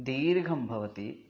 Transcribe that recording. दीर्घं भवति